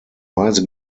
weise